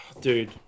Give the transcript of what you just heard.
Dude